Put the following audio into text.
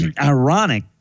ironic